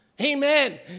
Amen